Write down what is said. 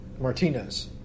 Martinez